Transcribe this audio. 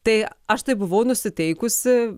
tai aš taip buvau nusiteikusi